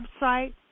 website